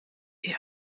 eher